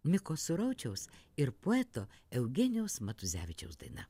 miko suraučiaus ir poeto eugenijaus matuzevičiaus daina